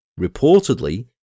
Reportedly